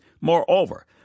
Moreover